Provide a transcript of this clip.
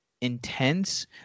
intense